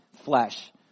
flesh